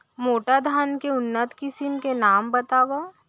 मोटा धान के उन्नत किसिम के नाम बतावव?